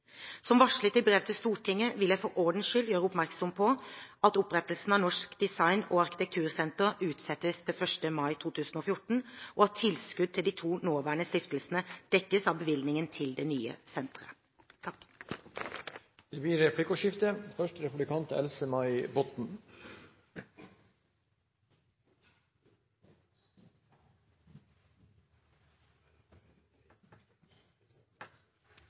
Som varslet i brev til Stortinget vil jeg for ordens skyld gjøre Stortinget oppmerksom på at opprettelsen av Norsk Design- og Arkitektursenter utsettes til 1. mai 2014, og at tilskudd til de to nåværende stiftelsene dekkes av bevilgningen til det nye senteret. Det blir replikkordskifte.